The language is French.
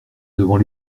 devant